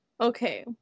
Okay